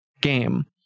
game